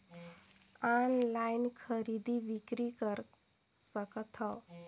Online खरीदी बिक्री कर सकथव?